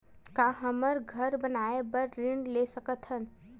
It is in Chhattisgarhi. का हमन घर बनाए बार ऋण ले सकत हन?